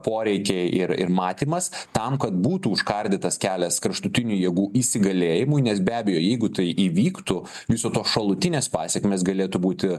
poreikiai ir ir matymas tam kad būtų užkardytas kelias kraštutinių jėgų įsigalėjimui nes be abejo jeigu tai įvyktų viso to šalutinės pasekmės galėtų būti